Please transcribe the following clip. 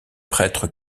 prêtre